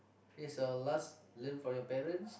is your last learn from your parents